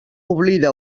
oblida